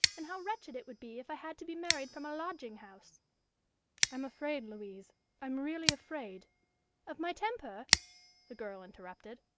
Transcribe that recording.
and how wretched it would be if i had to be married from a lodging-house i'm afraid, louise i'm really afraid of my temper the girl interrupted.